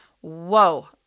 Whoa